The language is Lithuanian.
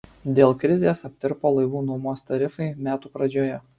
dėl krizės aptirpo laivų nuomos tarifai metų pradžioje